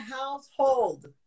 household